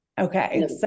Okay